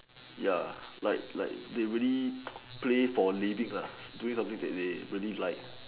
ya like like they really play for living lah doing something that they really like